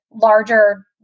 larger